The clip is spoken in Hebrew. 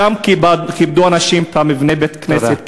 ושם כיבדו אנשים את מבנה בית-הכנסת,